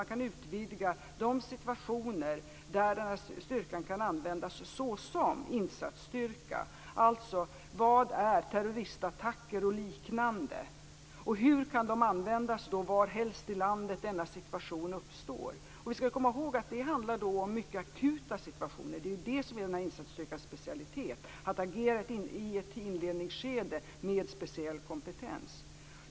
Kan man utvidga de situationer där den här styrkan kan användas såsom insatsstyrka, dvs. vad är terroristattacker och liknande? Hur kan de användas varhelst i landet denna situation uppstår? Då skall vi komma ihåg att det handlar om mycket akuta situationer. Att agera med speciell kompetens i ett inledningsskede är ju den här insatsstyrkans specialitet.